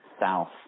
south